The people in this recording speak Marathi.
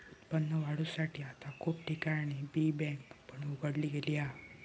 उत्पन्न वाढवुसाठी आता खूप ठिकाणी बी बँक पण उघडली गेली हा